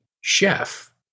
chef